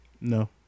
No